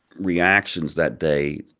reactions that day,